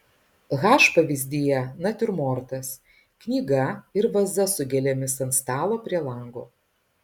h pavyzdyje natiurmortas knyga ir vaza su gėlėmis ant stalo prie lango